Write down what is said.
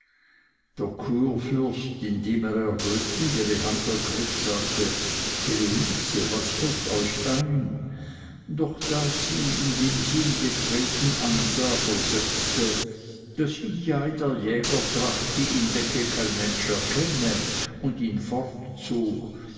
indem er errötend ihre hand ergriff sagte heloise was fällt euch ein doch da sie indem sie ihn betreten ansah versetzte daß ihn ja in der jägertracht die ihn decke kein mensch erkenne und ihn